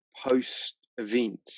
post-event